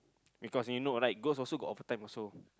because you know like ghosts also got over time also